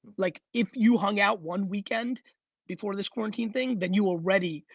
like if you hung out one weekend before this quarantine thing then you are ready.